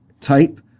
type